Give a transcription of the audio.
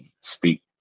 speak